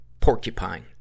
porcupine